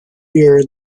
year